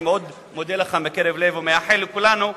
אני מאוד מודה לך, מקרב לב, ומאחל לכולנו,